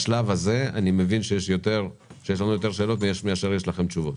אני מבין שבשלב הזה יש לנו יותר שאלות מאשר יש לכם תשובות.